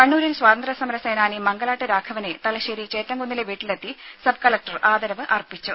കണ്ണൂരിൽ സ്വാതന്ത്ര്യ സമര സേനാനി മംഗലാട്ട് രാഘവനെ തലശ്ശേരി ചേറ്റംകുന്നിലെ വീട്ടിലെത്തി സബ് കലക്ടർ ആദരവ് അർപ്പിച്ചു